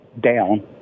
down